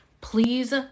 please